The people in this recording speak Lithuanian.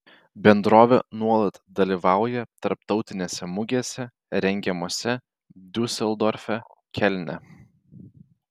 bendrovė nuolat dalyvauja tarptautinėse mugėse rengiamose diuseldorfe kelne